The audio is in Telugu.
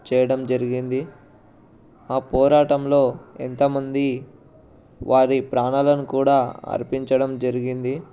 చేయడం జరిగింది ఆ పోరాటంలో ఎంతమంది వారి ప్రాణాలను కూడా అర్పించడం జరిగింది